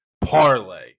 parlay